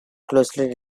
closely